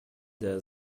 der